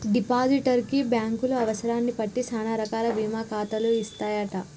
depositor కి బ్యాంకులు అవసరాన్ని బట్టి సానా రకాల బీమా ఖాతాలు ఇస్తాయంట